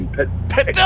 Pet